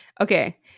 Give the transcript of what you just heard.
okay